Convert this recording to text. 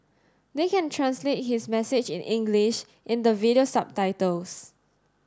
they can translate his message in English in the video subtitles